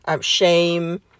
shame